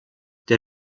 der